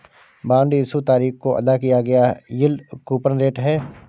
bond issue तारीख को अदा किया गया यील्ड कूपन रेट है